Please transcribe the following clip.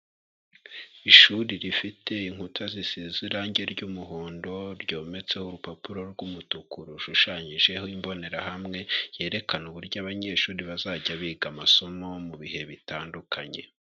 Ishuri rifite inkuta zisize irangi ry'umuhondo, ryometseho urupapuro rw'umutuku rushushanyijeho imbonerahamwe yerekana uburyo abanyeshuri bazajya biga amasomo mu bihe bitandukanye.